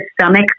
stomach